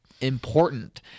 important